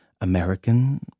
American